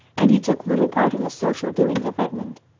and he took little part in the social doings of redmond.